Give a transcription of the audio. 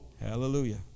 Hallelujah